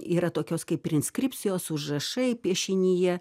yra tokios kaip ir inskripcijos užrašai piešinyje